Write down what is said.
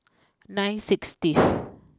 nine sixtieth